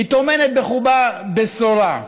היא טומנת בחובה בשורה.